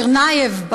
צרנאייב,